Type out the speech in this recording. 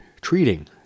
treating